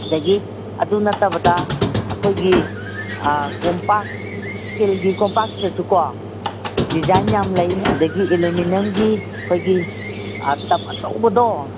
ꯑꯗꯒꯤ ꯑꯗꯨ ꯅꯠꯇꯕꯗ ꯑꯩꯈꯣꯏꯒꯤ ꯀꯣꯝꯄꯥꯛ ꯏꯁꯇꯤꯜꯒꯤ ꯀꯣꯞꯄꯥꯛꯁꯤꯗꯁꯨꯀꯣ ꯗꯤꯖꯥꯏꯟ ꯌꯥꯝ ꯂꯩ ꯑꯗꯒꯤ ꯑꯦꯂꯨꯃꯤꯅꯝꯒꯤ ꯑꯩꯈꯣꯏꯒꯤ ꯇꯞ ꯑꯆꯧꯕꯗꯣ